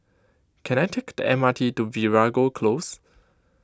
can I take the M R T to Veeragoo Close